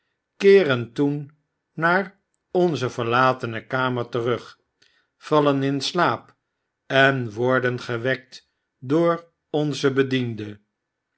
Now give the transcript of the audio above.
keeren toen naar onze verlatene kamer terug vallen in slaap en worden gewekt door onzen bediende